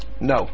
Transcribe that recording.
No